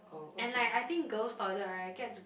and like I think girl's toilet right gets